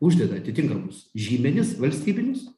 uždeda atitinkamus žymenis valstybinius